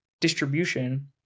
distribution